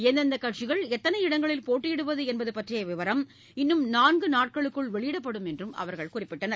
எந்தெந்தக் கட்சிகள் எத்தனை இடங்களில் போட்டியிடுவது என்பது பற்றிய விவரம் இன்னும் நான்கு நாட்களுக்குள் வெளியிடப்படும் என்றும் அவர்கள் கூறினர்